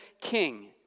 king